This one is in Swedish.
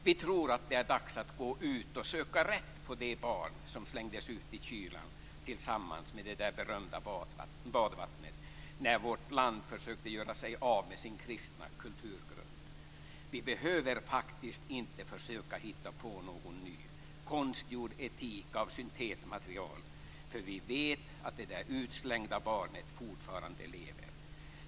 Vi tror att det är dags att gå ut och söka rätt på det "barn" som slängdes ut i kylan tillsammans med det berömda badvattnet när vårt land försökte göra sig av med sin kristna kulturgrund. Vi behöver faktiskt inte försöka hitta på någon ny, konstgjord etik av syntetmaterial, för vi vet att det där utslängda barnet fortfarande lever.